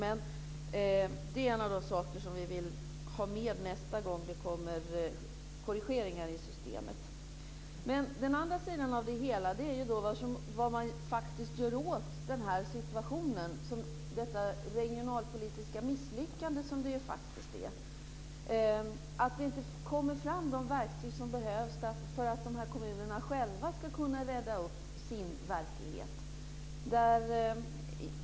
Det är en av de saker som vi vill ha med nästa gång det kommer korrigeringar i systemet. Den andra sidan av det hela är ju vad man faktiskt gör åt den här situationen. Det är faktiskt ett regionalpolitiskt misslyckande. De verktyg som behövs för att de här kommunerna själva ska kunna reda upp sin verklighet kommer inte fram.